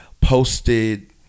posted